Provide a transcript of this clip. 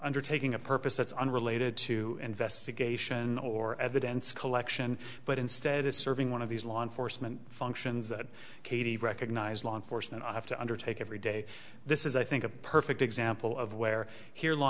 ndertaking a purpose that's unrelated to investigation or evidence collection but instead is serving one of these law enforcement functions that katy recognized law enforcement have to undertake every day this is i think a perfect example of where here law